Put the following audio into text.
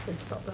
can stop